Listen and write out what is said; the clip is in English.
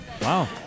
Wow